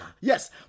Yes